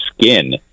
skin